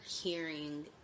hearing